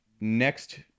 next